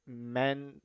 men